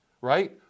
right